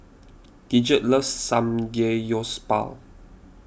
Gidget loves Samgeyopsal